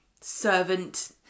Servant